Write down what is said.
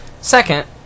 Second